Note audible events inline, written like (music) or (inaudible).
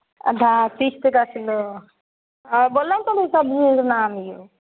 आधा तीस टका किलो अ बोललहुँ (unintelligible) तऽ सब्जीके नाम यौ